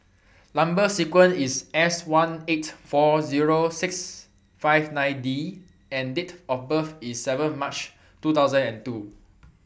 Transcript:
Number sequence IS Seighteen lakh forty thousand six hundred and fifty nine D and Date of birth IS seven March two thousand and two